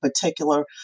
particular